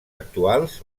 actuals